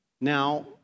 Now